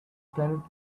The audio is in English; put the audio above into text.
planet